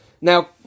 Now